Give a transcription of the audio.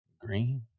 green